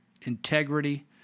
integrity